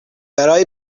برای